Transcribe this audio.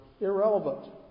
irrelevant